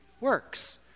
works